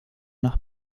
nach